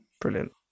brilliant